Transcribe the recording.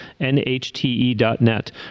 nhte.net